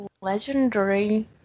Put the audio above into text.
legendary